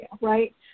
right